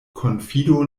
konfido